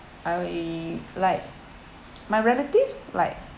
I will like my relatives like